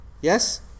Yes